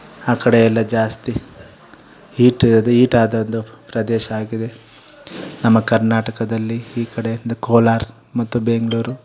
ಆ ಕಡೆಯೆಲ್ಲಾ ಜಾಸ್ತಿ ಹೀಟ್ ಅದು ಈಟ್ ಆದೊಂದು ಪ್ರದೇಶ ಆಗಿದೆ ನಮ್ಮ ಕರ್ನಾಟಕದಲ್ಲಿ ಈ ಕಡೆಯಿಂದ ಕೋಲಾರ ಮತ್ತು ಬೆಂಗಳೂರು